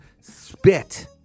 Spit